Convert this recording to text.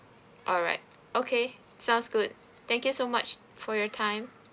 alright okay sounds good thank you so much for your time